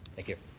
thank you.